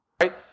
Right